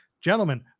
gentlemen